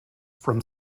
from